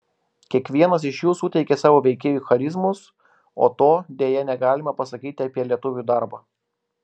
kiekvienas iš jų suteikė savo veikėjui charizmos o to deja negalima pasakyti apie lietuvių darbą